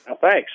Thanks